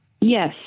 Yes